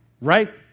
Right